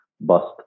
bust